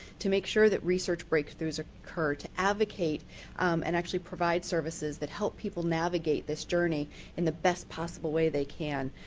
to make sure that research breakthroughs occur. to advocate and provide services that help people navigate this journey in the best possible way they can.